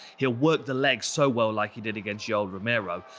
he'll work the legs so well like he did against yoel romero.